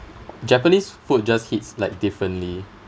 japanese food just hits like differently